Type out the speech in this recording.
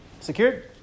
secured